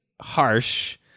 harsh